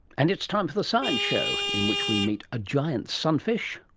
and it's time for the science show in which we meet a giant sunfish,